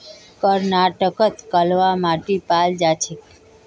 कर्नाटकत कलवा माटी पाल जा छेक